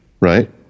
right